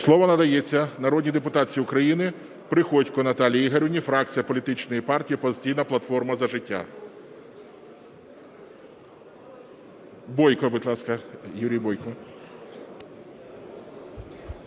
Слово надається народній депутатці України Приходько Наталії Ігорівні, фракція політичної партії "Опозиційна платформа – За життя".